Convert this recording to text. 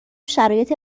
شرایط